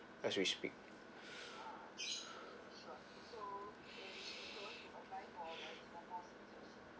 as we speak